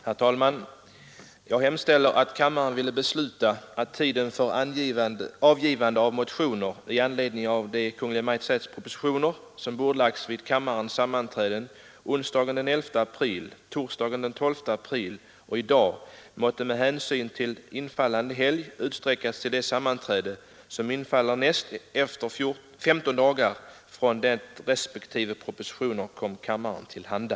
Herr talman! Jag hemställer, att kammaren ville besluta att tiden för avgivande av motioner i anledning av de Kungl. Maj:ts propositioner som bordlagts vid kammarens sammanträden onsdagen den 11 april, torsdagen den 12 april och i dag måtte med hänsyn till infallande helg utsträckas till det sammanträde, som infaller näst efter 15 dagar från det respektive propositioner kom kammaren till handa.